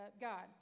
God